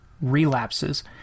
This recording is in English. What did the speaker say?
relapses